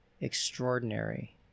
extraordinary